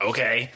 Okay